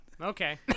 okay